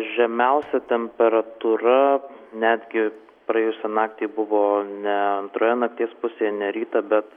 žemiausia temperatūra netgi praėjusią naktį buvo ne antroje nakties pusėje ne rytą bet